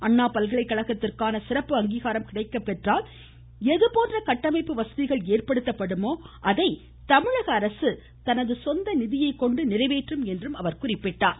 அண்ணா பல்கலைக்கழகத்திற்கான சிறப்பு அங்கீகாரம் கிடைக்கப்பெற்றால் எது போன்ற கட்டமைப்பு வசதிகள் ஏற்படுத்தப்படுமோ அதை தமிழக அரசு தனது சொந்த நிதியை கொண்டு நிறைவேற்றும் என்றும் எடுத்துரைத்தாா்